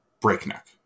breakneck